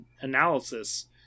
analysis